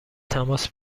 تماس